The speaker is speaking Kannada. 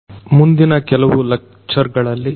ಆದ್ದರಿಂದ ಮುಂದಿನ ಕೆಲವು ಲೆಕ್ಚರ್ ಗಳಲ್ಲಿ ಇಂಡಸ್ಟ್ರಿ4